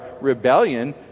rebellion